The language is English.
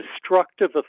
destructive